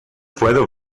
puedo